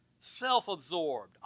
self-absorbed